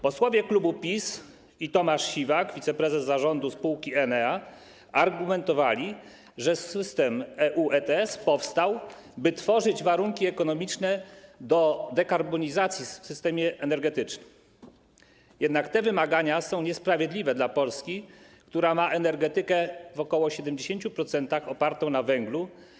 Posłowie klubu PiS i Tomasz Siwak, wiceprezes zarządu spółki Enea, argumentowali, że system EU ETS powstał, by tworzyć warunki ekonomiczne do dekarbonizacji w sektorze energetycznym, jednak te wymagania są niesprawiedliwe dla Polski, która ma energetykę w ok. 70% opartą na węglu.